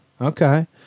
Okay